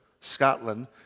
Scotland